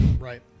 right